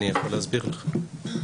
אני יכול להסביר לך.